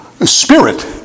Spirit